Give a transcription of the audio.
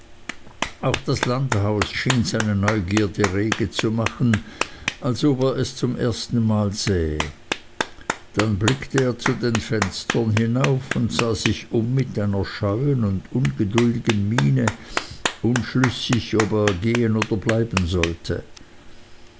auch das landhaus schien seine neugierde rege zu machen als ob er es zum ersten mal sähe dann blickte er zu den fenstern hinauf und sah sich um mit einer scheuen und ungeduldigen miene unschlüssig ob er gehen oder bleiben sollte